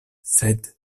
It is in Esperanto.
sed